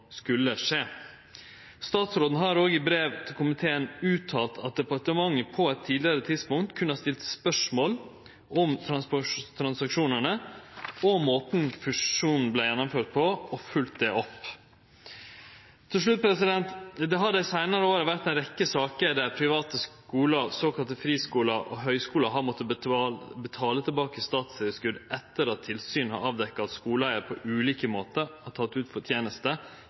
skulle skje. Statsråden har òg i brev til komiteen uttalt at departementet på eit tidlegare tidspunkt kunne ha stilt spørsmål om transaksjonane og måten fusjonen vart gjennomført på, og følgt det opp. Til slutt: Det har dei seinare åra vore ei rekkje saker der private skular, såkalla friskular og høgskular, har måtta betale tilbake statstilskot etter at tilsyn har avdekt at skuleeigar på ulike måtar har teke ut